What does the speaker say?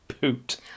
Poot